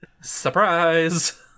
Surprise